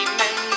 men